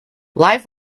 live